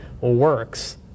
works